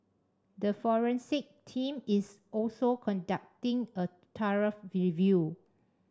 a forensic team is also conducting a thorough review